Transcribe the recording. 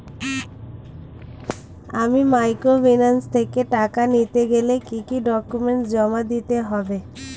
আমি মাইক্রোফিন্যান্স থেকে টাকা নিতে গেলে কি কি ডকুমেন্টস জমা দিতে হবে?